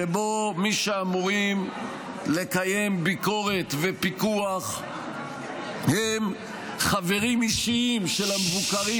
שבו מי שאמורים לקיים ביקורת ופיקוח הם חברים אישיים של המבוקרים